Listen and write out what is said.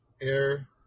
Air